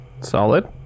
Solid